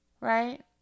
right